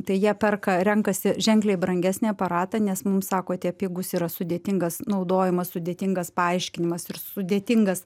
tai jie perka renkasi ženkliai brangesnį aparatą nes mums sako tie pigūs yra sudėtingas naudojamas sudėtingas paaiškinimas ir sudėtingas